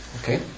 Okay